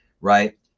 right